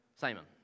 Simon